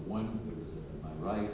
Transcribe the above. one right